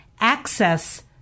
Access